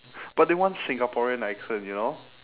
but they want singaporean accent you know